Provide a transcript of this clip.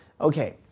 Okay